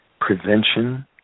prevention